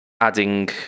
adding